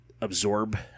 absorb